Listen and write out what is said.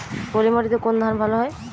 পলিমাটিতে কোন ধান ভালো হয়?